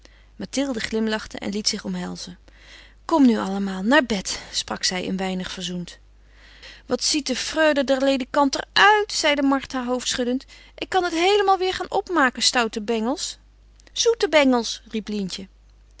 mathilde glimlachte en liet zich omhelzen kom nu allemaal naar bed sprak zij een weinig verzoend wat ziet de freule derledikant er uit zeide martha hoofdschuddend ik kan het heelemaal weêr gaan opmaken stoute bengels zoete bengels riep lientje